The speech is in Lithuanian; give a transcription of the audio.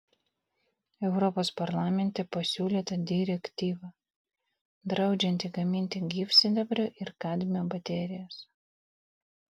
europos parlamente pasiūlyta direktyva draudžianti gaminti gyvsidabrio ir kadmio baterijas